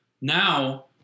Now